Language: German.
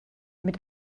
mit